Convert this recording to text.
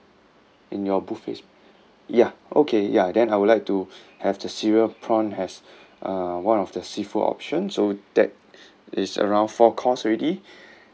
in your buffet sp~ ya okay ya then I would like to have the cereal prawn has uh one of the seafood options so that is around four course already